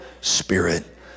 spirit